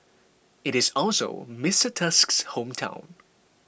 it is also Mister Tusk's hometown